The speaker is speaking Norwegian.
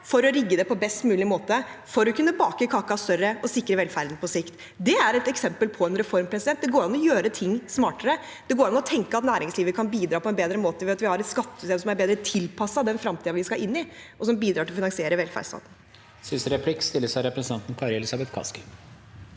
for å rigge det på best mulig måte, kunne bake kaken større og sikre velferden på sikt. Det er et eksempel på en reform. Det går an å gjøre ting smartere. Det går an å tenke at næringslivet kan bidra på en bedre måte ved at vi har et skattesystem som er bedre tilpasset den fremtiden vi skal inn i, og som bidrar til å finansiere velferdsstaten.